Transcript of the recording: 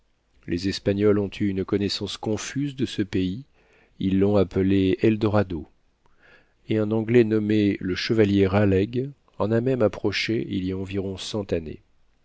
les espagnols ont eu une connaissance confuse de ce pays ils l'ont appelé eldorado et un anglais nommé le chevalier raleigh en a même approché il y a environ cent années